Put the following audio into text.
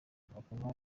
bakora